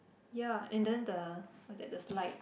ya and then the what's that the slide